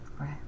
right